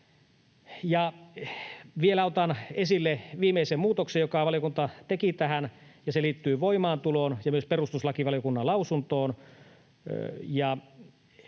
otan esille viimeisen muutoksen, jonka valiokunta teki tähän, ja se liittyy voimaantuloon ja myös perustuslakivaliokunnan lausuntoon.